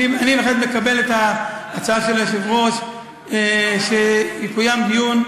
אני בהחלט מקבל את ההצעה של היושב-ראש שיקוים דיון,